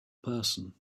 person